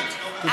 לא.